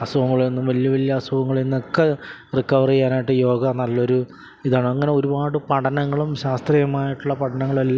അസുഖങ്ങളിൽനിന്നും വലിയ വലിയ അസുഖങ്ങളിൽനിന്ന് ഒക്കെ റിക്കവറ് ചെയ്യാനായിട്ട് യോഗ നല്ലൊരു ഇതാണ് അങ്ങനെ ഒരുപാട് പഠനങ്ങളും ശാസ്ത്രീയമായിട്ടുള്ള പഠനങ്ങളെല്ലാം